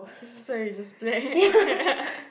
I'm so sorry we're just playing